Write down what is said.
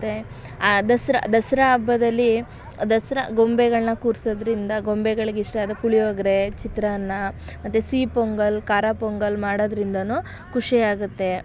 ಮತ್ತು ಆ ದಸರಾ ದಸರಾ ಹಬ್ಬದಲ್ಲಿ ದಸರಾ ಗೊಂಬೆಗಳನ್ನು ಕೂರಿಸೋದ್ರಿಂದ ಗೊಂಬೆಗಳಿಗೆ ಇಷ್ಟವಾದ ಪುಳಿಯೋಗರೆ ಚಿತ್ರಾನ್ನ ಮತ್ತು ಸಿಹಿ ಪೊಂಗಲ್ ಖಾರ ಪೊಂಗಲ್ ಮಾಡೋದ್ರಿಂದಲೂ ಖುಷಿಯಾಗುತ್ತೆ